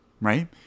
right